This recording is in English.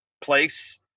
place